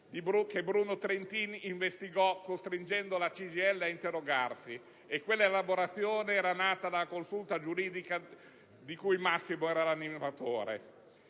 che Bruno Trentin investigò costringendo la CGIL ad interrogarsi, attraverso un'elaborazione nata nella Consulta giuridica di cui Massimo era l'animatore.